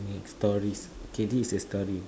stories okay this is a story